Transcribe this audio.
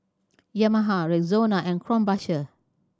Yamaha Rexona and Krombacher